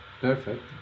perfect